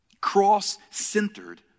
cross-centered